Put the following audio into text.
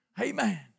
Amen